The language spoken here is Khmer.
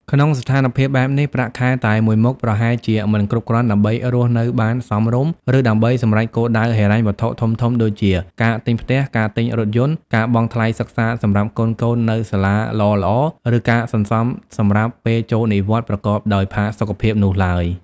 ក្នុងស្ថានភាពបែបនេះ ប្រាក់ខែតែមួយមុខប្រហែលជាមិនគ្រប់គ្រាន់ដើម្បីរស់នៅបានសមរម្យ ឬដើម្បីសម្រេចគោលដៅហិរញ្ញវត្ថុធំៗដូចជា ការទិញផ្ទះ ការទិញរថយន្ត ការបង់ថ្លៃសិក្សាសម្រាប់កូនៗនៅសាលាល្អៗ ឬការសន្សំសម្រាប់ពេលចូលនិវត្តន៍ប្រកបដោយផាសុកភាពនោះឡើយ។